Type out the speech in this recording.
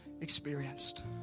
experienced